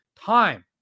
time